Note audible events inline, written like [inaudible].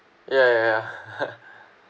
ya ya ya [laughs]